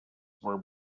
were